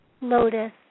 lotus